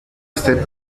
este